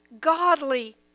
godly